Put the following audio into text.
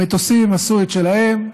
המטוסים עשו את שלהם,